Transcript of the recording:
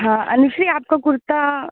हाँ अनुश्री आपका कुर्ता